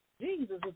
Jesus